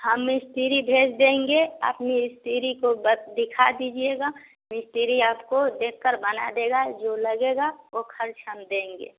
हम मिस्त्री भेज देंगे आप मिस्त्री को बत दिखा दीजिएगा मिस्त्री आपको देख कर बना देगा जो लगेगा वो ख़र्च हम देंगे